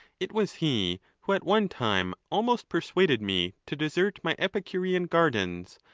it was he who at one time almost persuaded me to desert my epicurean gardens,